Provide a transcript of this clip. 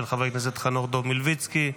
של חבר הכנסת חנוך דב מלביצקי,